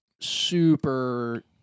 super